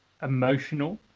emotional